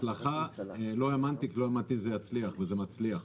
לא האמנתי שזה יצליח וזה מצליח.